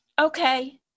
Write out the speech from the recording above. Okay